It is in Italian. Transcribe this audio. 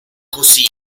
così